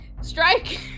Strike